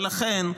ולכן,